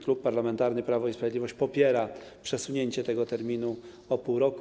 Klub Parlamentarny Prawo i Sprawiedliwość popiera przesunięcie tego terminu o pół roku.